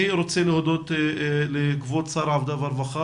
אני רוצה להודות לכבוד שר העבודה והרווחה